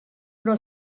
però